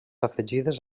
afegides